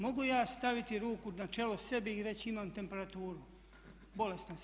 Mogu ja staviti ruku na čelo sebi i reći imam temperaturu, bolestan sam.